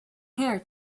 heir